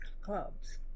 clubs